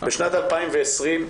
בשנת 2020,